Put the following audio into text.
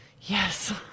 Yes